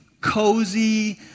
cozy